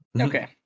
Okay